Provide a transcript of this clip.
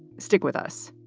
stick with us